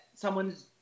Someone's